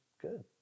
good